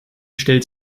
stellt